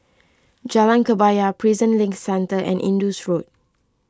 Jalan Kebaya Prison Link Centre and Indus Road